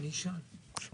אני אשאל.